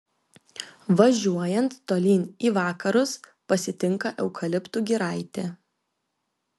važiuojant tolyn į vakarus pasitinka eukaliptų giraitė